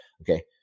Okay